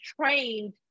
trained